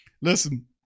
listen